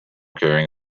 carrying